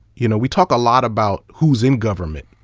you know we talk a lot about who is in government,